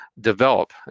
develop